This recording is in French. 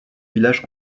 village